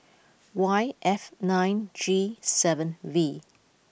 Y F nine G seven V